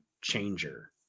changer